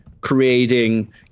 creating